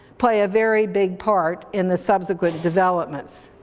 play a very big part in the subsequent developments.